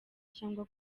cyangwa